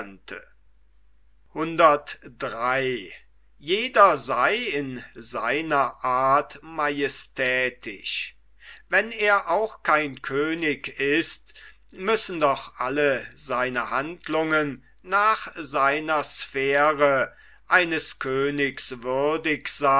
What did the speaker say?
wenn er auch kein könig ist müssen doch alle seine handlungen nach seiner sphäre eines königs würdig